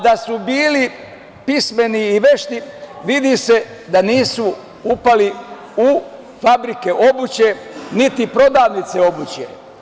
Da su bili pismeni i vešti vidi se da nisu upali u fabrike obuće, niti prodavnice obuće.